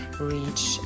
reach